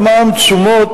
אדוני.